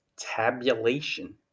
tabulation